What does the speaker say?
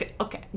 okay